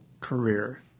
career